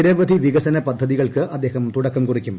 നിരവധി വികസന പദ്ധതികൾക്ക് അദ്ദേഹം തുടക്കം കുറിക്കും